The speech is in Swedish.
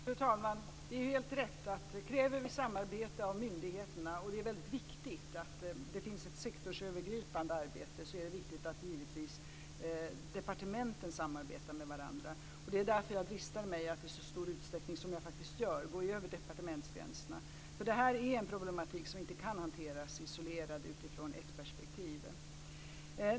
Fru talman! Det är viktigt att det finns ett sektorsövergripande arbete. Om vi kräver samarbete av myndigheterna är det givetvis viktigt att departementen samarbetar med varandra. Det är därför jag dristar mig att i så stor utsträckning gå över departementsgränserna. Det här är en problematik som inte kan hanteras isolerad utifrån ett perspektiv.